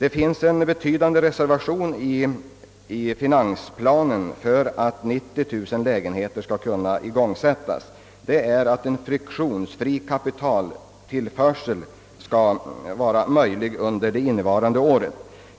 Det finns en betydelsefull reservation i finansplanen för att 90 000 lägenheter skall kunna igångsättas, nämligen att en friktionsfri kapitaltillförsel är möjlig under innevarande år.